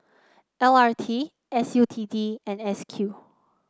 L R T S U T D and S Q